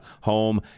home